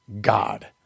God